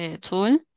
tool